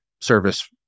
service